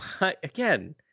again